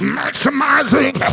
maximizing